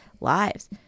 lives